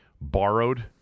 borrowed